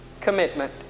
commitment